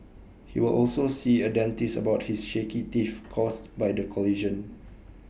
he will also see A dentist about his shaky teeth caused by the collision